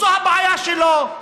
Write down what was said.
זאת הבעיה שלו.